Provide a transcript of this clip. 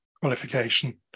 qualification